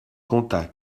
conta